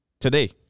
today